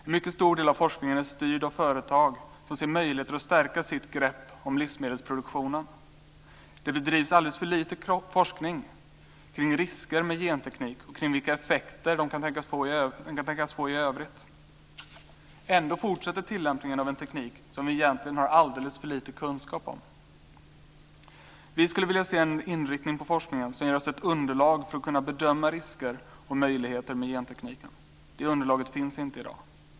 En mycket stor del av forskningen är styrd av företag som ser möjligheter att stärka sitt grepp om livsmedelsproduktionen. Det bedrivs alldeles för lite forskning kring risker med genteknik och kring vilka effekter den kan tänkas få i övrigt. Ändå fortsätter tillämpningen av en teknik som vi egentligen har alldeles för lite kunskap om. Vi skulle vilja se en inriktning på forskningen som ger oss ett underlag för att kunna bedöma risker och möjligheter med gentekniken. Det underlaget finns inte i dag.